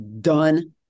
Done